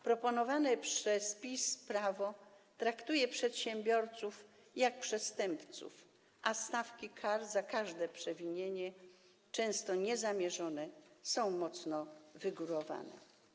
Proponowane przez PiS prawo traktuje przedsiębiorców jak przestępców, a stawki kar za każde przewinienie, często niezamierzone, są mocno wygórowane.